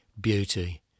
beauty